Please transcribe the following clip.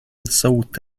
صوت